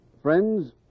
friends